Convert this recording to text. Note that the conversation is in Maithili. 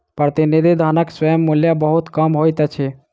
प्रतिनिधि धनक स्वयं मूल्य बहुत कम होइत अछि